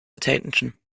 attention